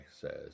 says